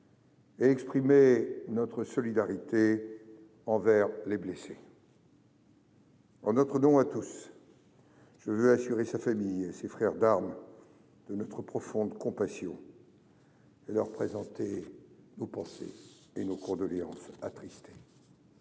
et exprimer notre solidarité envers les blessés. En notre nom à tous, je veux assurer sa famille et ses frères d'armes de notre profonde compassion et leur présenter nos pensées et nos condoléances attristées.